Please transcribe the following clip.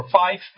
five